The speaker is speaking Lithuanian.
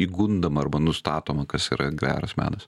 įgundama arba nustatoma kas yra geras menas